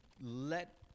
let